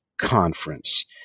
Conference